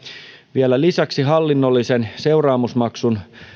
vielä lisäksi hallinnollisen seuraamusmaksun